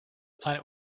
planet